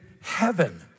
heaven